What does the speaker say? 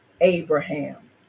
Abraham